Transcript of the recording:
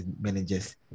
managers